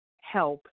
help